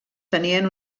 tenien